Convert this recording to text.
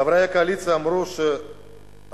חברי הקואליציה אמרו לש"ס